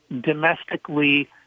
domestically